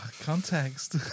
Context